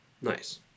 nice